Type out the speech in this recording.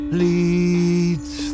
leads